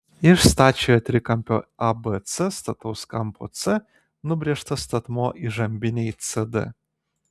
iš stačiojo trikampio abc stataus kampo c nubrėžtas statmuo įžambinei cd